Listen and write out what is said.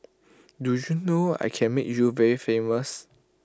do you know I can make you very famous